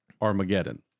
Armageddon